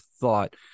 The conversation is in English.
thought